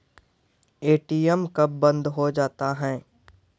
ATM कब बंद हो जाता हैं?